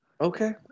Okay